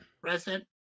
Present